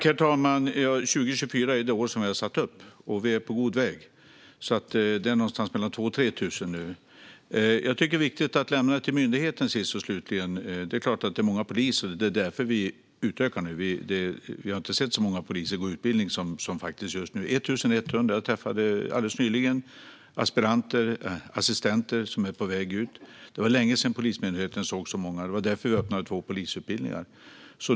Herr talman! År 2024 är det år som vi har satt upp, och vi är på god väg. Det ligger någonstans mellan 2 000 och 3 000 nu. Sist och slutligen tycker jag att detta är viktigt att överlåta åt myndigheten. Det handlar självklart om många poliser, och det är därför vi gör en utökning. Vi har inte sett så många poliser som går på utbildningen som nu. Just nu är det 1 100. Jag träffade alldeles nyligen aspiranter och assistenter som är på väg ut. Det var länge sedan Polismyndigheten såg så många, och det var därför vi öppnade två ytterligare polisutbildningar.